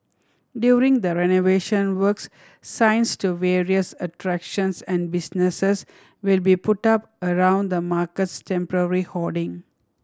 during the renovation works signs to various attractions and businesses will be put up around the market's temporary hoarding